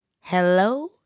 Hello